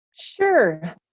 Sure